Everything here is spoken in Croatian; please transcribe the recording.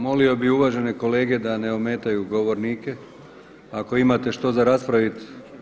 Molio bih uvažene kolege da ne ometaju govornike, ako imate što za raspraviti.